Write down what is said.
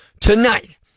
tonight